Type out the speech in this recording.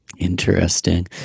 Interesting